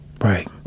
Right